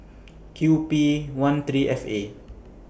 Q P one three F A